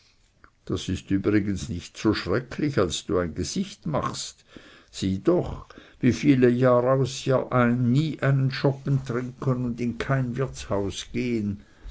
das ist übrigens nicht so schrecklich als du ein gesicht machst sieh doch wie viele jahraus jahrein nie einen schoppen trinken und in kein wirtshaus gehen